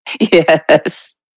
Yes